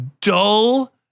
dull